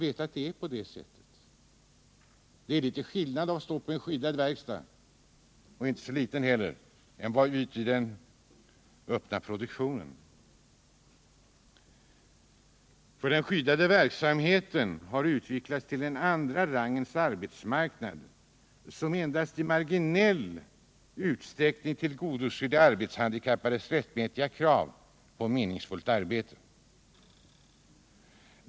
Gå ut och fråga folk hur det ligger till! Det är inte så liten skillnad mellan att stå på en skyddad verkstad och att vara ute i den öppna produktionen. Den skyddade verksamheten har utvecklats till en andra rangens arbetsmarknad, som endast i marginell utsträckning tillgodoser de arbetshandikappades rättmätiga krav på meningsfullt arbete.